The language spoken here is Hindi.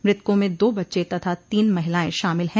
मृतकों में दो बच्चे तथा तीन महिलाएं शामिल है